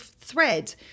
thread